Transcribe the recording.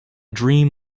dream